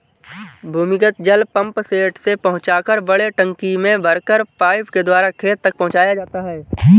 भूमिगत जल पम्पसेट से पहुँचाकर बड़े टंकी में भरकर पाइप के द्वारा खेत तक पहुँचाया जाता है